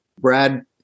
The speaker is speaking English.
brad